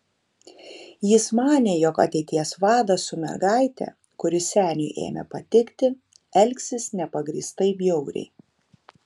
jis manė jog ateities vadas su mergaite kuri seniui ėmė patikti elgsis nepagrįstai bjauriai